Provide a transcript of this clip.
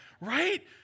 right